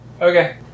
Okay